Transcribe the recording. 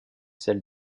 celle